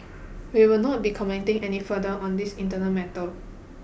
we will not be commenting any further on this internal matter